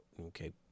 okay